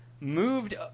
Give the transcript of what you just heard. moved